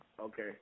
okay